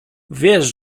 wiesz